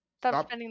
Stop